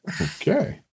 Okay